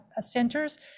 centers